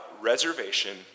reservation